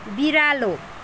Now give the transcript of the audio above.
बिरालो